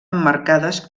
emmarcades